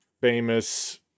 famous